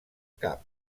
cap